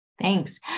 Thanks